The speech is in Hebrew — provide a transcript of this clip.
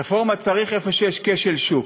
רפורמה צריך במקום שיש כשל שוק,